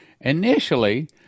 Initially